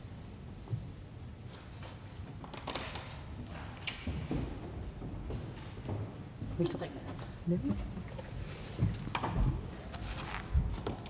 vi skal se,